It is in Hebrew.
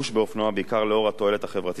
בעיקר לאור התועלת החברתית הטמונה בו